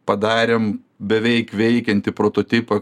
padarėm beveik veikiantį prototipą